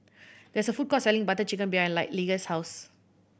there is a food court selling Butter Chicken behind Lige's house